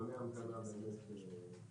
זמני ההמתנה הם קטנים.